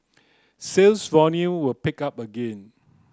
sales volume will pick up again